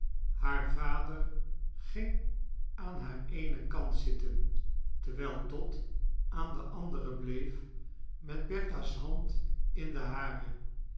haar vader ging aan haar eenen kant zitfen terwijl dot aan den anderen bleef met bertha's hand in de hare